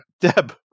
Deb